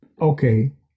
Okay